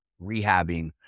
rehabbing